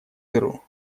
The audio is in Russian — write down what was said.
дыру